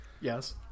Yes